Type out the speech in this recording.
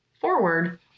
forward